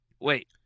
Wait